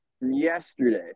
yesterday